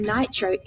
Nitro